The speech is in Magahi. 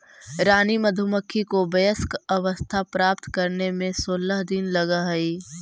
रानी मधुमक्खी को वयस्क अवस्था प्राप्त करने में सोलह दिन लगह हई